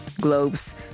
GLOBE's